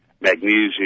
magnesium